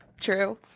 true